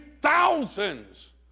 thousands